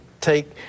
take